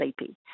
sleepy